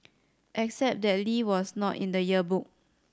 except that Lee was not in the yearbook